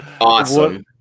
awesome